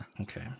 Okay